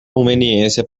conveniência